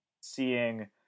seeing